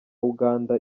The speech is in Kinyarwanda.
uganda